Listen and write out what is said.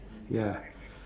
ya